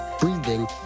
breathing